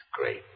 great